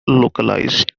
localized